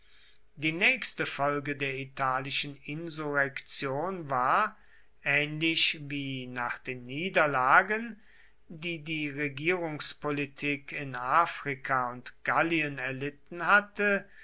die nächste folge der italischen insurrektion war ähnlich wie nach den niederlagen die die regierungspolitik in afrika und gallien erlitten hatte